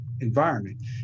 environment